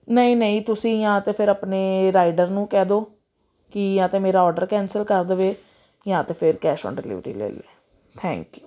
ਨਹੀਂ ਨਹੀਂ ਤੁਸੀਂ ਜਾਂ ਤਾਂ ਫਿਰ ਆਪਣੇ ਰਾਈਡਰ ਨੂੰ ਕਹਿ ਦਿਓ ਕਿ ਜਾਂ ਤਾਂ ਮੇਰਾ ਔਡਰ ਕੈਂਸਲ ਕਰ ਦਵੇ ਜਾਂ ਤਾਂ ਫਿਰ ਕੈਸ਼ ਔਨ ਡਿਲੀਵਰੀ ਲੈ ਲਵੇ ਥੈਂਕ ਯੂ